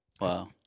Wow